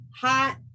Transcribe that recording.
hot